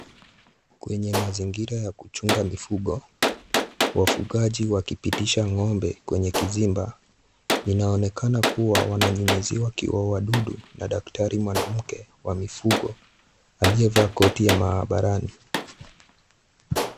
Kwenye mazingira ya kuchunga mifugo, wafugaji wakipitisha ng'ombe kwenye kizimba. Inaonekana kuwa wananyunyiziwa kiua wadudu na daktari mwanamke wa mifugo, aliyevaa koti la maabarani.